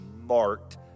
marked